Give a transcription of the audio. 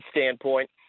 standpoint